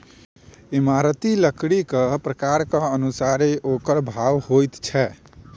इमारती लकड़ीक प्रकारक अनुसारेँ ओकर भाव होइत छै